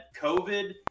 COVID